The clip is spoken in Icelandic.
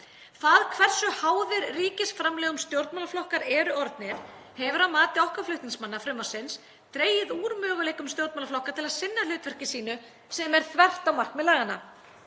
Það hversu háðir ríkisframlögum stjórnmálaflokkar eru orðnir hefur að mati okkar flutningsmanna frumvarpsins dregið úr möguleikum stjórnmálaflokka til að sinna hlutverki sínu, sem gengur þvert á markmið laganna.